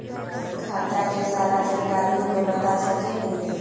खाता के सारा जानकारी हमे बता सकेनी?